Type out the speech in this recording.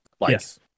Yes